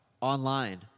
online